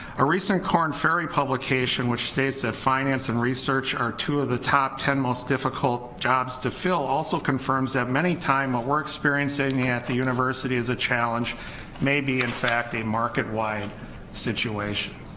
a recent corn fairy publication which states that finance and research are two of the top ten most difficult jobs to fill also confirms that many times what we're experiencing yeah at the university is a challenge may be in fact a market wide situation.